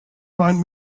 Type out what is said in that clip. find